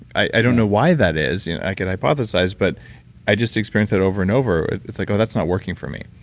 i don't know why that is. you know i can hypothesize but i just experienced that over and over. it's like, oh, that's not working for me.